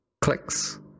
clicks